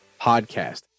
podcast